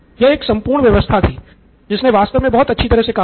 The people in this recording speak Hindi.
यह एक संपूर्ण व्यवस्था थी जिसने वास्तव में बहुत अच्छी तरह से काम किया